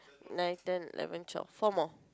nine ten eleven twelve four more